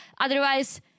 Otherwise